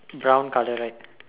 brown color right